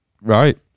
right